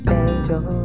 angel